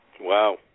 Wow